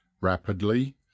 rapidly